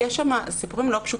יש שם סיפורים לא פשוטים,